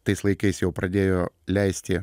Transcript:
tais laikais jau pradėjo leisti